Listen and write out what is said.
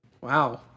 Wow